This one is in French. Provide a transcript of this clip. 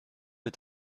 est